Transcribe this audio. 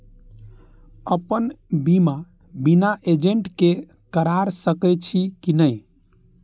अपन बीमा बिना एजेंट के करार सकेछी कि नहिं?